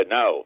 no